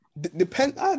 Depends